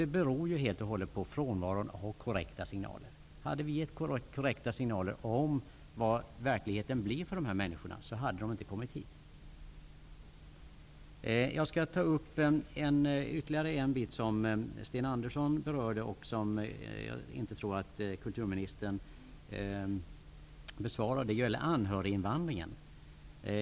Det beror helt och hållet på frånvaron av korrekta signaler. Hade vi gett korrekta signaler om hurdan verkligheten blir för dessa människor, hade de inte kommit hit. Jag vill ta upp ytterligare en fråga som Sten Andersson berörde men som jag inte tror kulturministern besvarade. Det gäller anhöriginvandringen.